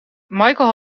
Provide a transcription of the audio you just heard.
michael